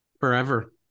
Forever